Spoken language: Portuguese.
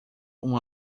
uma